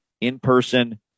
in-person